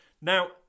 Now